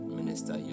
Minister